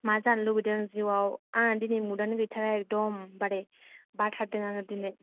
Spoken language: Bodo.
मा जानो लुबैदों जिउयाव आंना दिनै मुदयानो गैथारा एखदम बारे बाथारदों आङो दिनै